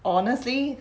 honestly